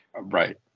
Right